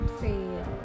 fail